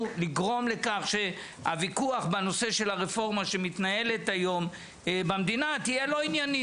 לגרום לכך שהוויכוח בנושא של הרפורמה שמתנהלת היום יהיה לא ענייני.